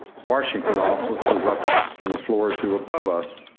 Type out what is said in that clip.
washington office was up in the floor or two above us.